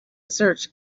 search